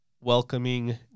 welcoming